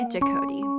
Jacody